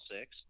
six